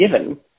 given